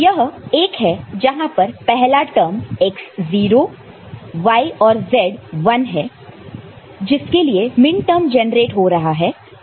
तो यह एक है जहां पर पहला टर्म x 0 y और z 1 है जिसके लिए मिनटर्म जनरेट हो रहा है